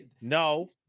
No